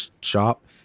shop